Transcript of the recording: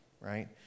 right